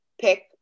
pick